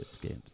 games